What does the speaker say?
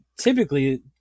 typically